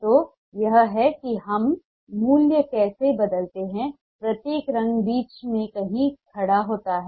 तो यह है कि हम मूल्य कैसे बदलते हैं प्रत्येक रंग बीच में कहीं खड़ा होता है